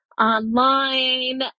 online